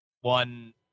one